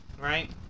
right